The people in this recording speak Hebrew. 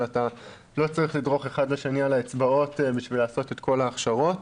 שאתה לא צריך לדרוך אחד לשני על האצבעות בשביל לעשות את כל ההכשרות.